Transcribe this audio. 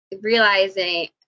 realizing